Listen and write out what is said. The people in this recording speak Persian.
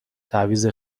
تعویض